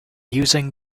using